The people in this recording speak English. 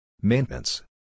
Maintenance